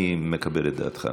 אני מקבל את דעתך.